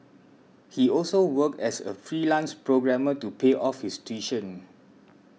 he also worked as a freelance programmer to pay off his tuition